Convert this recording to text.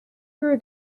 grew